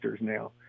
now